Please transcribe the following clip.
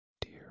Dear